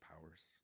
powers